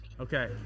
Okay